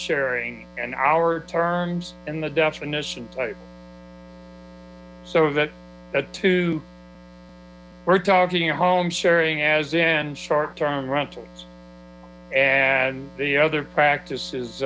sharing and our terms in the definition so that a two or we're talking at home sharing as in short term rentals and the other practices